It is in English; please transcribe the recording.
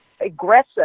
aggressive